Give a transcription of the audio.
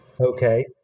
Okay